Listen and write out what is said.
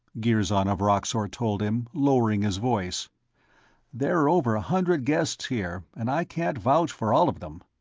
girzon of roxor told him, lowering his voice there are over a hundred guests here, and i can't vouch for all of them.